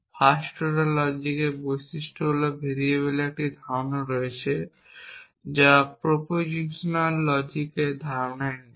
first order লজিকের বৈশিষ্ট্য হল ভেরিয়েবলের একটি ধারণা রয়েছে যা প্রপোজিশন লজিকের ধারণায় নেই